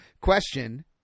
Question